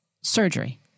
surgery